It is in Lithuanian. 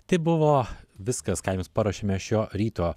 tai buvo viskas ką jums paruošėme šio ryto